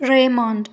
raymond